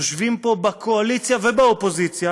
יושבים פה בקואליציה ובאופוזיציה